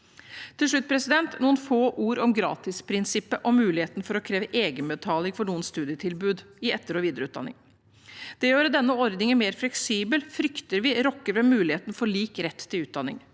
noen få ord om gratisprinsippet og muligheten for å kreve egenbetaling for noen studietilbud i etter- og videreutdanningen. Det å gjøre denne ordningen mer fleksibel frykter vi rokker ved muligheten for lik rett til utdanning.